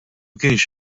kienx